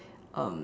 um